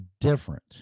different